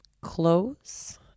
Close